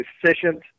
efficient